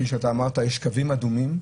כפי שאתה אמרת, יש קווים אדומים,